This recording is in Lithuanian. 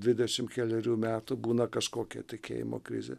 dvidešim kelerių metų būna kažkokia tikėjimo krizė